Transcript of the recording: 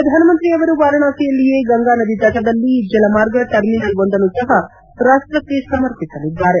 ಪ್ರಧಾನಮಂತ್ರಿಯವರು ವಾರಾಣಸಿಯಲ್ಲಿಯೇ ಗಂಗಾನದಿ ತಟದಲ್ಲಿ ಜಲಮಾರ್ಗ ಟರ್ಮಿನಲ್ವೊಂದನ್ನು ಸಹ ರಾಷ್ಟಕ್ಕೆ ಸಮರ್ಪಿಸಲಿದ್ದಾರೆ